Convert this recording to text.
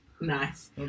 Nice